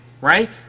right